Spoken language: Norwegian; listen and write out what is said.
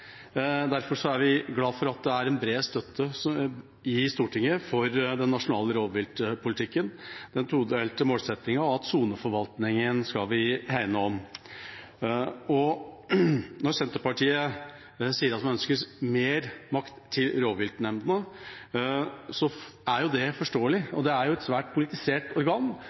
derfor er vi glad for at det er bred støtte i Stortinget for den nasjonale rovviltpolitikken, for den todelte målsettingen og om at vi skal hegne om soneforvaltningen. Når Senterpartiet sier at man ønsker mer makt til rovviltnemndene, er det forståelig. Det er et svært politisert organ